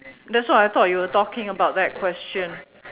that's why I thought you were talking about that question